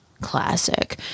classic